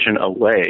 away